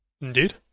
Indeed